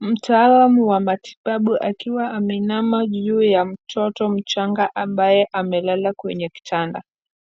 Mtaalamu wa matibabu akiwa ameinama juu ya mtoto mchanga ambaye amelala kwenye kitanda.